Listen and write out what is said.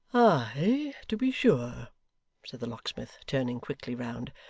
ay, to be sure said the locksmith, turning quickly round.